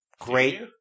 great